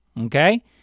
okay